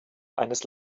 eines